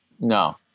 No